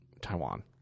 Taiwan